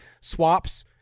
swaps